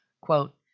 Quote